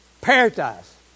Paradise